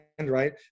right